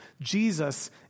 Jesus